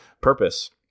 purpose